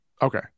Okay